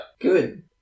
Good